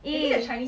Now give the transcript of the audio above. eh